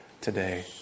today